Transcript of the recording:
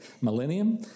millennium